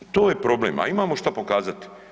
To je problem, a imamo šta pokazati.